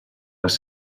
les